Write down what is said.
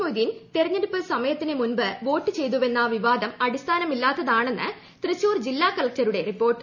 മൊയ്തീൻ തെരഞ്ഞെടുപ്പ് സമയത്തിന് മുൻപ് വോട്ടു ചെയ്തെന്ന വിവാദം അടിസ്ഥാനമില്ലാത്തതാണെന്ന് തൃശൂർ ജില്ലാ കലക്ടറുടെ റിപ്പോർട്ട്